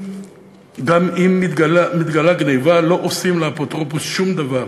גם אם מתגלה גנבה לא עושים לאפוטרופוס שום דבר,